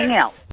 else